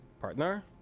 partner